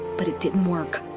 but it didn't work.